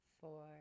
four